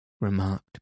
remarked